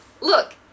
Look